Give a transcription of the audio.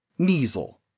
Measle